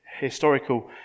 historical